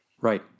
Right